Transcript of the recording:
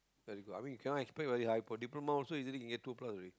very good ah I mean you cannot expect very high for diploma also can get two plus already